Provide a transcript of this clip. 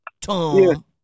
Tom